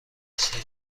اصلی